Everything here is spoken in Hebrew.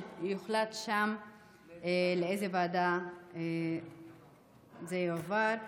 ושם יוחלט לאיזה ועדה זה יועבר.